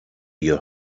your